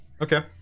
Okay